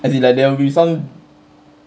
as in like there will be some